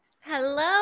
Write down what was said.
Hello